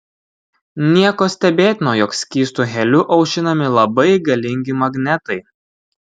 nieko stebėtino jog skystu heliu aušinami labai galingi magnetai